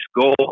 goal